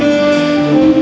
no